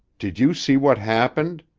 did you see what happened?